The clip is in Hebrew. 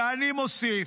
ואני מוסיף: